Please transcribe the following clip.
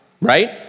right